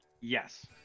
Yes